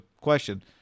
question